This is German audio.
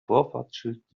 vorfahrtsschild